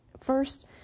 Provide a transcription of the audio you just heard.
first